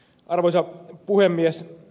arvoisa puhemies